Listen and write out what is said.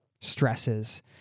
stresses